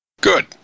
good